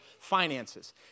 finances